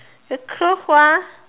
the curve one